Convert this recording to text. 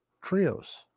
trios